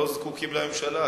לא זקוקים לממשלה.